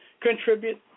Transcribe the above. contribute